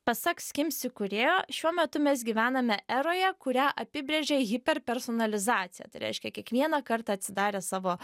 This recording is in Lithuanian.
pasak skims įkūrėjo šiuo metu mes gyvename eroje kurią apibrėžia hiperpersonalizacija tai reiškia kiekvieną kartą atsidarę savo